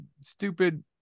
stupid